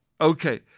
Okay